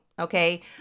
okay